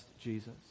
Jesus